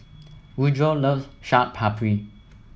Woodroe loves Chaat Papri